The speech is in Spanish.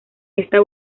esta